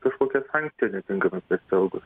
kažkokią sankciją netinkamai pasielgus